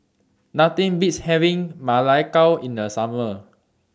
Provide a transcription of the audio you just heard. Nothing Beats having Ma Lai Gao in The Summer